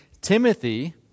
Timothy—